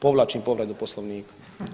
Povlačim povredu Poslovnika.